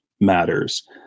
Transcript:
matters